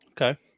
Okay